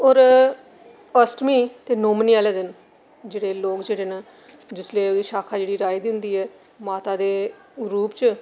और अश्ठमी ते नौमीं आह्ले दिन जेह्डे़ लोक जेह्डे़ न जिसलै ओह्दी शाखा जेह्ड़ी राही दी होंदी ऐ माता दे रुप च